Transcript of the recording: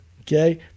Okay